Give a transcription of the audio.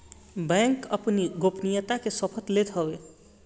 bank अपनी गोपनीयता के शपथ लेत हवे